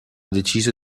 deciso